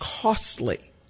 costly